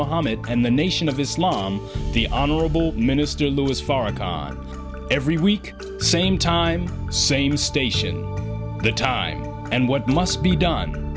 muhammad and the nation of islam the honorable minister louis farrakhan every week same time same station the time and what must be done